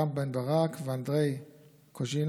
רם בן ברק ואנדרי קוז'ינוב,